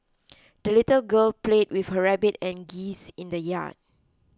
the little girl played with her rabbit and geese in the yard